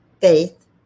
faith